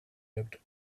looked